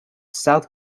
south